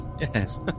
Yes